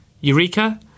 Eureka